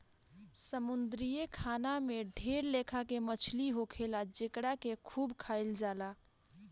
समुंद्री खाना में ढेर लेखा के मछली होखेले जेकरा के खूब खाइल जाला